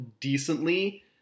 decently